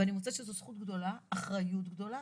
ואני מוצאת שזו זכות גדולה, אחריות גדולה.